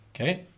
Okay